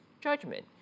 judgment